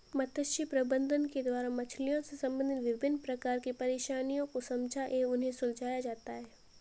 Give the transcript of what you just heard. मत्स्य प्रबंधन के द्वारा मछलियों से संबंधित विभिन्न प्रकार की परेशानियों को समझा एवं उन्हें सुलझाया जाता है